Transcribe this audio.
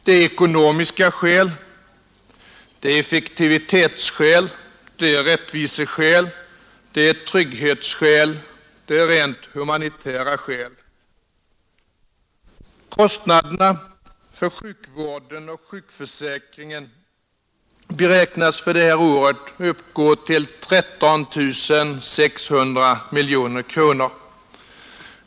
Det är ekonomiska skäl, det är effektivitetsskäl, det är rättviseskäl, det är trygghetsskäl, det är humanitära skäl. Kostnaderna för sjukvården och sjukförsäkringen beräknas för innevarande år uppgå till 13 600 miljoner kronor.